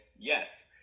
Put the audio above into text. Yes